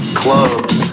clubs